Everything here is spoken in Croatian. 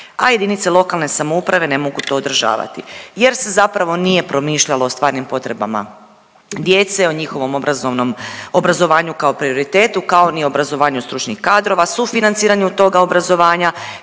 a jedinice lokalne samouprave ne mogu to održavati jer se zapravo nije promišljalo o stvarnim potrebama djece, o njihovom obrazovnom obrazovanju kao prioriteti, kao ni obrazovanju stručnih kadrova, sufinanciranju toga obrazovanja,